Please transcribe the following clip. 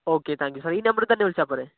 okay thank you sir ഈ നമ്പറിൽ തന്നെ വിളിച്ചാൽ പോരെ